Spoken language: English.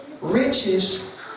Riches